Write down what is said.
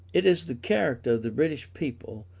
it is the character of the british people,